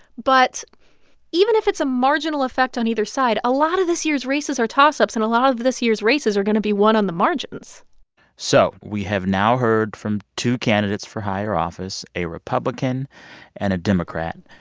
but even if it's a marginal effect on either side, a lot of this year's races are toss-ups and a lot of this year's races are going to be won on the margins so we have now heard from two candidates for higher office, office, a republican and a democrat.